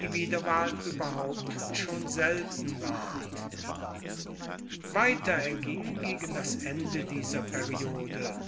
die wiederwahl ueberhaupt schon selten ward weiter erging gegen das ende dieser periode